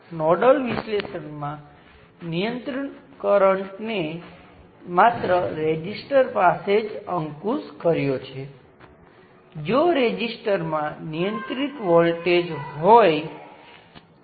તેથી આ આખી સર્કિટ બરાબર અગાઉ આપણી પાસે આ ઘટક E સાથે હતું તેની સમકક્ષ છે જે કરંટ I વહન કરે અને વોલ્ટેજ V ધરાવે છે